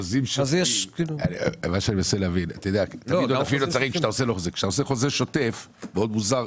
כשאתה עושה חוזה שוטף, מאוד מוזר.